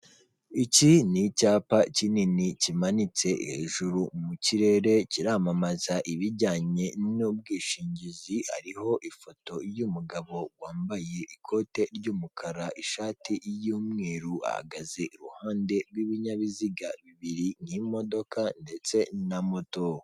Iki ni icyapa kinini kimanitse hejuru mu kirere kiramamaza ibijyanye n'ubwishingizi, hariho ifoto yumugabo wambaye ikote ry'umukara, ishate y'umweru, ahagaze iruhande rw'ibinyabiziga bibiri, imodoka ndetse na moto.